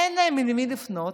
אין להם למי לפנות,